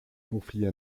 conflits